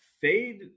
fade